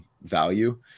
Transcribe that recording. value